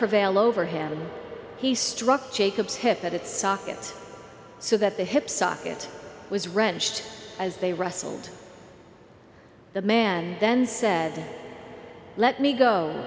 prevail over him he struck jacob's hip at its socket so that the hip socket was wrenched as they wrestled the man then said let me go